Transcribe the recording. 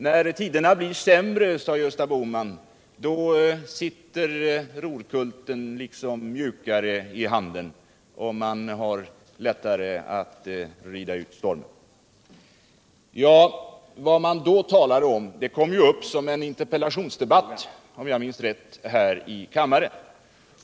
Han sade då: När uderna blir sämre, då sitter rorkulten liksom mjukare i handen och man har lättare att rida ut stormen. Om jag minns rätt, togs detta uttalaunde upp också vid en interpellationsdebatt här i kammaren.